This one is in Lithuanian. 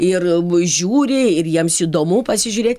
ir abu žiūri ir jiems įdomu pasižiūrėt